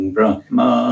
Brahma